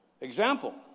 Example